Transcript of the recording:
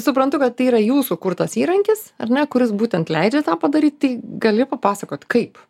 suprantu kad tai yra jūsų kurtas įrankis ar ne kuris būtent leidžia tą padaryt tai gali papasakot kaip